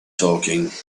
talking